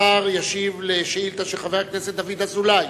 השר ישיב לשאילתא של חבר הכנסת דוד אזולאי,